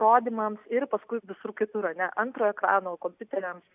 ekrano rodymams ir paskui visur kitur ar ne antro ekrano kompiuteriams